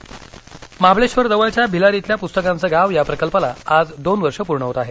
भिलार महाबळेश्वर जवळच्या भिलार इथल्या पुस्तकांचं गाव या प्रकल्पाला आज दोन वर्षं पूर्ण होत आहेत